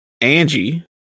Angie